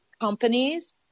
companies